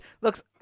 looks